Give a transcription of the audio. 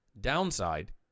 Downside